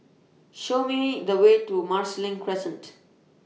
Show Me The Way to Marsiling Crescent